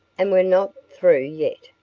and we're not through yet,